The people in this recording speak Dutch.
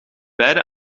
beide